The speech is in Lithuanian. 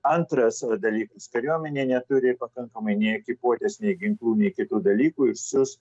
antras dalykas kariuomenė neturi pakankamai nei ekipuotės nei ginklų nei kitų dalykų ir siųs